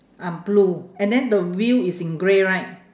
ah blue and then the wheel is in grey right